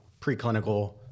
preclinical